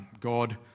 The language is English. God